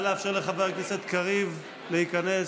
נא לאפשר לחבר הכנסת קריב להיכנס.